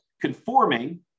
conforming